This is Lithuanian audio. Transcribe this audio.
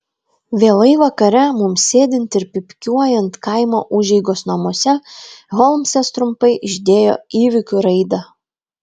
vėlai vakare mums sėdint ir pypkiuojant kaimo užeigos namuose holmsas trumpai išdėjo įvykių raidą